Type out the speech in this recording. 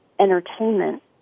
entertainment